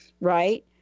right